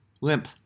Limp